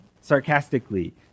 sarcastically